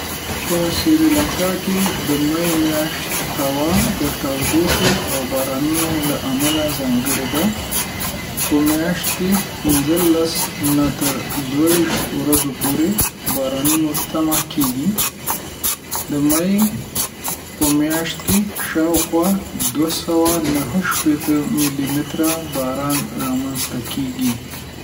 په سریلانکا کې د می میاشت هوا د تودوخې او بارانونو له امله ځانګړې ده. په میاشت کې د پنځه لس نه تر دوه ویشت ورځو پورې بارانونه تمه کیږي. د می په میاشت کې شاوخوا دوه سوه او نهه شپیته میلی‌متره باران رامنځته کیږي.